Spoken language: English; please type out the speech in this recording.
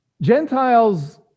Gentiles